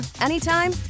anytime